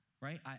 right